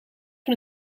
van